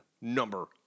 number